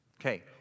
Okay